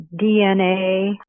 DNA